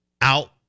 out